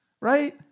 Right